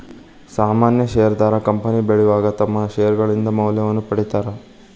ಸಾಮಾನ್ಯ ಷೇರದಾರ ಕಂಪನಿ ಬೆಳಿವಾಗ ತಮ್ಮ್ ಷೇರ್ಗಳಿಂದ ಮೌಲ್ಯವನ್ನ ಪಡೇತಾರ